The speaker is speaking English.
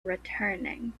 returning